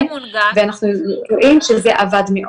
ואנחנו יודעים שזה עבד מאוד.